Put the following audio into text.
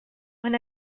when